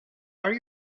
are